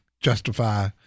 justify